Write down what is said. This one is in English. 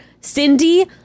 Cindy